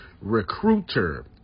recruiter